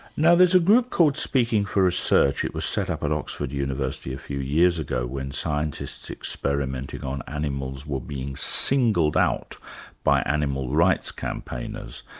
now there's a group called speaking for research. it was set up at oxford university a few years ago when scientists experimenting on animals were being singled out by animal rights campaigners.